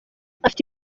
afite